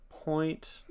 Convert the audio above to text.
point